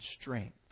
strength